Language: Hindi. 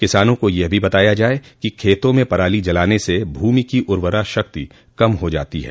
किसानों को यह भी बताया जाये कि खेतों में पराली जलाने से भूमि की उर्वरा शक्ति कम हो जाती है